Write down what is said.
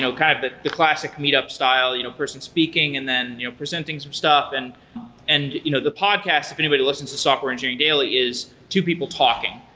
so kind of but the classic meet up style, you know person speaking, and then presenting some stuff, and and you know the podcast, if anybody listens to software engineering daily, is two people talking.